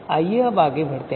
आइए आगे बढ़ते हैं